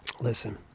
Listen